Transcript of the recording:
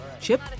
Chip